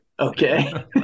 Okay